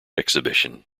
exhibition